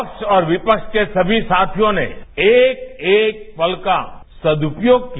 पक्ष और विपक्ष के सभी साथियों ने एक एक पल का सदुपयोग किया